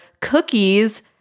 cookies